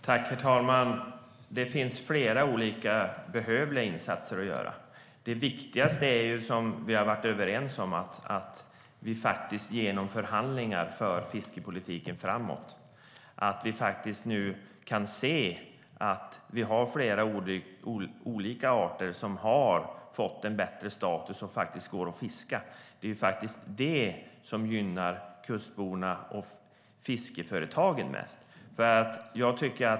Herr talman! Det finns flera olika behövliga insatser att göra. Det viktigaste är ju, vilket vi har varit överens om, att vi genom förhandlingar för fiskepolitiken framåt. Det handlar om att se att vi har flera olika arter som har fått en bättre status och faktiskt går att fiska. Det är ju det som gynnar kustborna och fiskeföretagen mest.